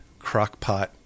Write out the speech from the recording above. crockpot